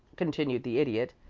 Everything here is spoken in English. continued the idiot,